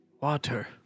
Water